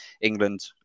England